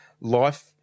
life